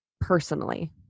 personally